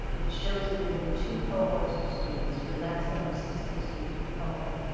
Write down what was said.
it shows that there will be two cohorts for the students with a maximum of sixteen students per cohort.